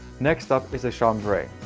next up is ah chambray.